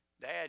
Dad